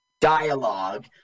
dialogue